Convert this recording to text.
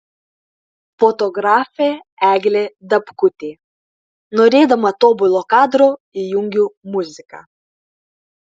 fotografė eglė dabkutė norėdama tobulo kadro įjungiu muziką